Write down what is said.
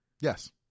Yes